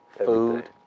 Food